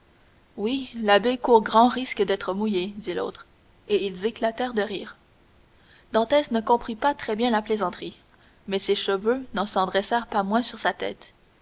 oui l'abbé court grand risque d'être mouillé dit lautre et ils éclatèrent de rire dantès ne comprit pas très bien la plaisanterie mais ses cheveux ne s'en dressèrent pas moins sur sa tête